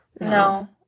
No